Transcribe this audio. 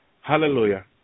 Hallelujah